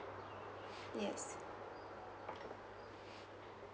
yes